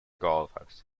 golfers